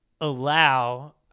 allow –